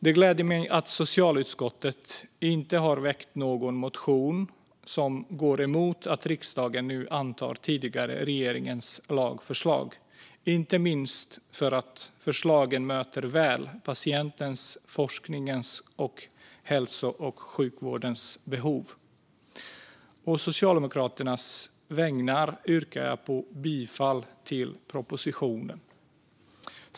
Det gläder mig att socialutskottet inte har väckt någon motion som går emot att riksdagen nu antar den tidigare regeringens lagförslag, inte minst för att förslagen väl möter patientens, forskningens och hälso och sjukvårdens behov. Å Socialdemokraternas vägnar yrkar jag bifall till propositionen.